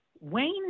Wayne